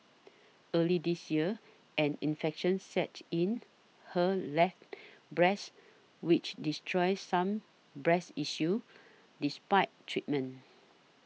early this year an infection set in her left breast which destroyed some breast issue despite treatment